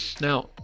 Now